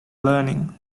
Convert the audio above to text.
learning